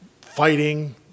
fighting